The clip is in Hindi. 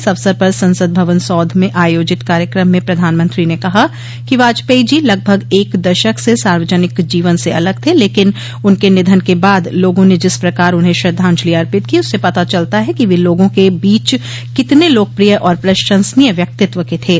इस अवसर पर संसद भवन सौध में आयोजित कार्यक्रम में प्रधानमंत्री ने कहा कि वाजपेयी जी लगभग एक दशक से सार्वजनिक जीवन से अलग थे लेकिन उनके निधन के बाद लोगों ने जिस प्रकार उन्हें श्रद्वांजलि अर्पित की उससे पता चलता है कि वे लोगों के बीच कितने लोकप्रिय और प्रशंसनीय व्यक्तित्व के थे